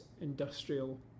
industrial